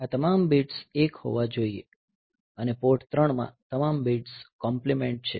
આ તમામ બિટ્સ 1 હોવા જોઈએ અને પોર્ટ 3 માટે તમામ બિટ્સ કોમ્પલીમેંટ છે